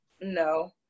no